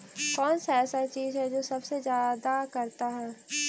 कौन सा ऐसा चीज है जो सबसे ज्यादा करता है?